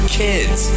kids